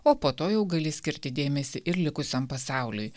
o po to jau gali skirti dėmesį ir likusiam pasauliui